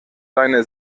deine